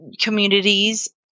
communities